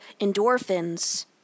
endorphins